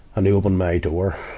and they opened my door,